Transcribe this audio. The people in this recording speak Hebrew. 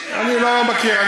אני לא מכיר.